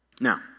Now